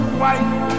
white